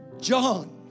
John